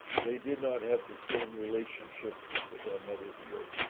and they did not have the same relationship with our mother, the earth.